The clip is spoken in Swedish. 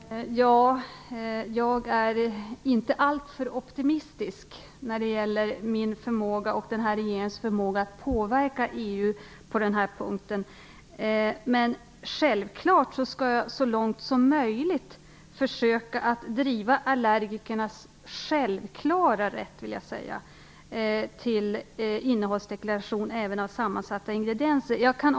Fru talman! Jag är inte alltför optimistisk när det gäller min och regeringens förmåga att påverka EU på den här punkten. Men jag skall självfallet försöka att driva allergikernas självklara rätt till innehållsdeklaration även av sammansatta ingredienser så långt som möjligt.